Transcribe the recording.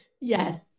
Yes